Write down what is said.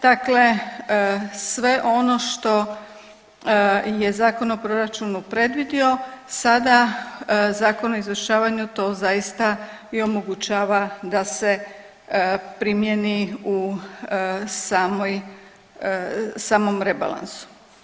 Dakle, sve ono što je Zakon o proračunu predvidio sada Zakon o izvršavanju to zaista i omogućava da se primijeni u samom rebalansu.